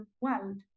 world